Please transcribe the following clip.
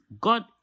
God